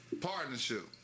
Partnership